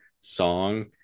song